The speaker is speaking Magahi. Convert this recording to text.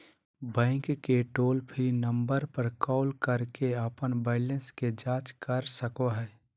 बैंक के टोल फ्री नंबर पर कॉल करके अपन बैलेंस के जांच कर सको हइ